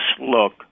look